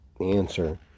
answer